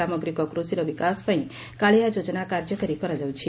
ସାମଗ୍ରିକ କୃଷିର ବିକାଶ ପାଇଁ କାଳିଆ ଯୋଜନା କାର୍ଯ୍ୟକାରୀ କରାଯାଉଛି